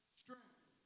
strength